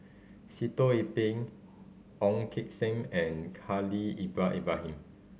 Sitoh Yih Pin Ong Kim Seng and Haslir Ibrahim